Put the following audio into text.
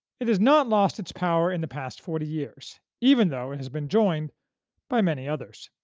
it has not lost its power in the past forty years, even though it has been joined by many others.